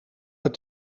het